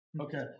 Okay